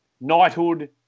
knighthood